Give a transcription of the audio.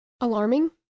alarming